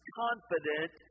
confident